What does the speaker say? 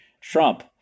Trump